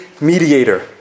mediator